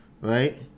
right